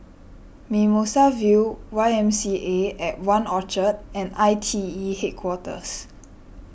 Mimosa View Y M C A at one Orchard and I T E Headquarters